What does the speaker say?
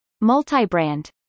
multi-brand